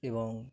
এবং